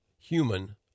human